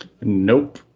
Nope